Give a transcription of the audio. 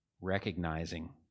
recognizing